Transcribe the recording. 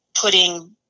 putting